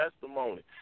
testimony